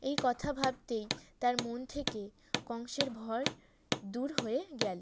এই কথা ভাবতেই তার মন থেকে কংসের ভয় দূর হয়ে গেল